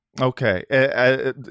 Okay